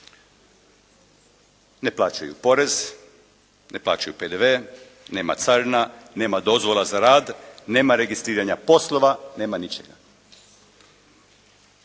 ne plaćaju porez, ne plaćaju PDV, nema carina, nema dozvola za rad, nema registriranja poslova, nema ničega